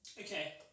okay